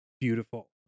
beautiful